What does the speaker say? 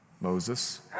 Moses